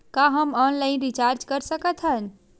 का हम online recharge कर सकत हन?